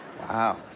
Wow